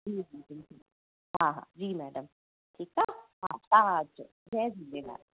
जी जी जी जी हा हा जी मैडम ठीकु आहे हा तव्हां अचो जय झूलेलाल